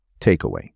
Takeaway